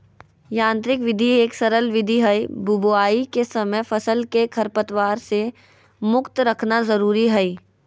यांत्रिक विधि एक सरल विधि हई, बुवाई के समय फसल के खरपतवार से मुक्त रखना जरुरी हई